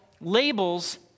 labels